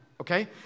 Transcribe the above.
Okay